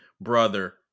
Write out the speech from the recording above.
brother